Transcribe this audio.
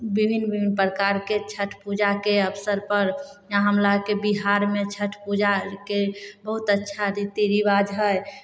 बिभिन्न बिभिन्न परकारके छठि पूजाके अवसर पर यहाँ हमरा आरके बिहारमे छठि पूजा आरके बहुत अच्छा रीति रिवाज हइ